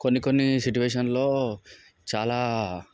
కొన్ని కొన్ని సిట్యువేషన్లో చాలా